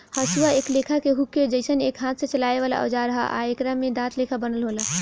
हसुआ एक लेखा के हुक के जइसन एक हाथ से चलावे वाला औजार ह आ एकरा में दांत लेखा बनल होला